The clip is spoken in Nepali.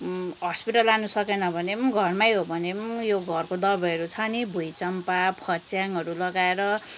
हस्पिटल लानुसकेन भने पनि घरमै हो भने पनि घरको दबाईहरू छ नि भुँइचम्पा फच्याङहरू लगाएर